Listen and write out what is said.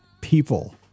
people